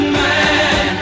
man